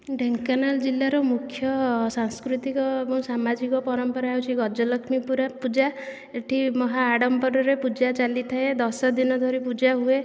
ଢେଙ୍କାନାଳ ଜିଲ୍ଲାର ମୁଖ୍ୟ ସାଂସ୍କୃତିକ ଏବଂ ସାମାଜିକ ପରମ୍ପରା ହେଉଛି ଗଜଲକ୍ଷ୍ମୀ ପୂଜା ଏଠି ମହା ଆଡ଼ମ୍ବରରେ ପୂଜା ଚାଲିଥାଏ ଦଶ ଦିନଧରି ପୂଜା ହୁଏ